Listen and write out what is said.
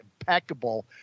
impeccable